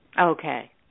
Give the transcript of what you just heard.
Okay